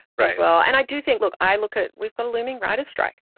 as well. and i do think, look, i look at we've got a looming writers' strike.